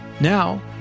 Now